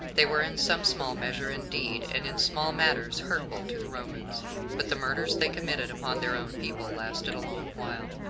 they were in some small measure indeed, and in small matters, hurtful to the romans but the murders they committed upon their own people lasted a long while.